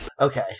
Okay